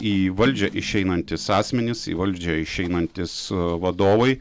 į valdžią išeinantys asmenys į valdžią išeinantys vadovai